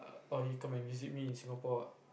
or he come and visit me in Singapore